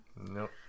Nope